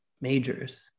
majors